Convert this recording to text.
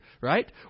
right